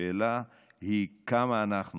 השאלה היא כמה אנחנו